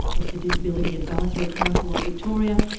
of the disability advisory council of victoria,